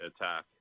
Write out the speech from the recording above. attack